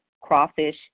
crawfish